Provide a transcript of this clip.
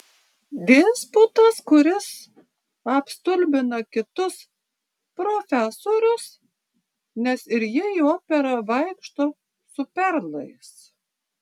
disputas kuris apstulbina kitus profesorius nes ir jie į operą vaikšto su perlais